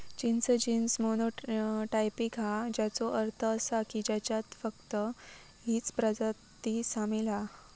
चिंच genus monotypic हा, ज्याचो अर्थ असा की ह्याच्यात फक्त हीच प्रजाती सामील हा